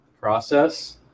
process